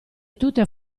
tutte